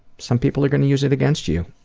some people are going to use it against you.